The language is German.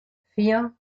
vier